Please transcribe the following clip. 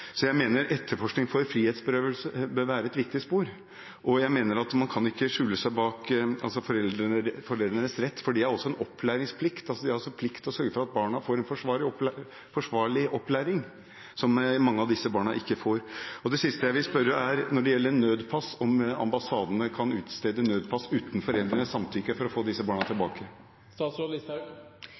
Så jeg mener at etterforskning for frihetsberøvelse bør være et viktig spor, og at man ikke kan skjule seg bak foreldrenes rett, for de har også en opplæringsplikt, en plikt til å sørge for at barna får en forsvarlig opplæring, som mange av disse barna ikke får. Det siste jeg vil spørre om, gjelder nødpass – om ambassadene kan utstede nødpass uten foreldrenes samtykke for å få disse barna tilbake.